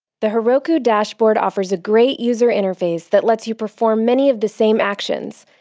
the heroku dashboard offers a great user interface that lets you perform many of the same actions,